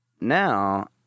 now